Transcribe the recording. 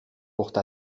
porte